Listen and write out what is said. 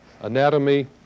anatomy